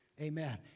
Amen